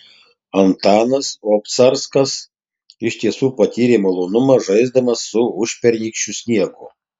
antanas obcarskas iš tiesų patyrė malonumą žaisdamas su užpernykščiu sniegu